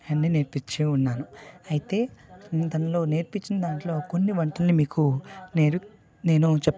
అన్ని నేర్పించే ఉన్నాను అయితే తనలో నేర్పించిన దాంట్లో కొన్ని వంటల్ని మీకు నేను నేను చెపుతాను మీరు ఎలా చేయాలో